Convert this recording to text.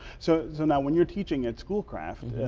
so so now when you are teaching at school craft,